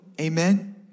Amen